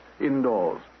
indoors